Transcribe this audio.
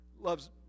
loves